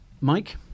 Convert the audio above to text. mike